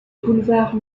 boulevard